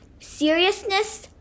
Seriousness